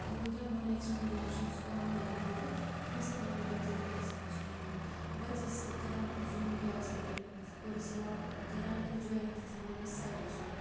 یوٗتاہ میون اٮ۪کٕسپیٖریَنٕس چھُ یُس آن لایِن روٗد امہِ سۭتۍ آو نہٕ بَچَن تیوٗتاہ سَمٕجھ کِہیٖنۍ بَچہِ ٲسۍ کَران زوٗم کٕلاس اٮ۪ٹٮ۪نٛڈ ہورٕ ٲسۍ ہاوان کَران أسۍ جویِن تہٕ تھاوان ٲسۍ سایڈَس کُن